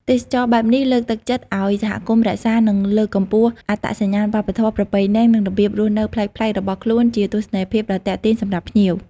ទេសចរណ៍បែបនេះលើកទឹកចិត្តឱ្យសហគមន៍រក្សា និងលើកកម្ពស់អត្តសញ្ញាណវប្បធម៌ ប្រពៃណីនិងរបៀបរស់នៅប្លែកៗរបស់ខ្លួនជាទស្សនីយភាពដ៏ទាក់ទាញសម្រាប់ភ្ញៀវ។